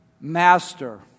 master